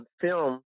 film